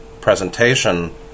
presentation